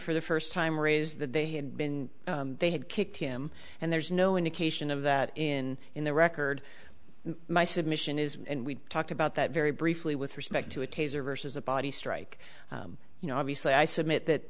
for the first time or is that they had been they had kicked him and there's no indication of that in in the record my submission is and we talked about that very briefly with respect to a taser versus a body strike you know obviously i submit that